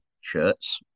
shirts